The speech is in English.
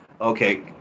Okay